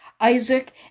Isaac